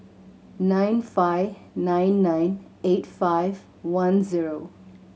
nine five nine nine eight five one zero